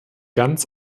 ganz